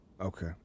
Okay